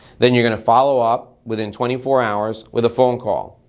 then you're gonna follow up within twenty four hours with a phone call.